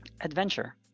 adventure